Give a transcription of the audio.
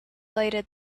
lighted